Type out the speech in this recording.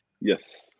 Yes